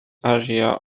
area